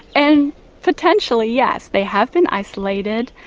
and potentially, yes, they have been isolated.